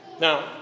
Now